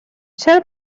چرا